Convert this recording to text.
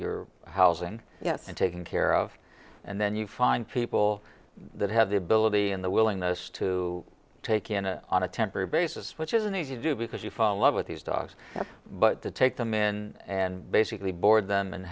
your housing yes and taking care of and then you find people that have the ability and the willingness to take in a on a temporary basis which isn't easy to do because you fall in love with these dogs but to take them in and basically board them and